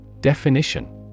Definition